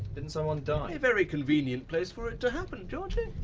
didn't someone die? a very convenient place for it to happen. georgie?